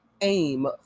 Aim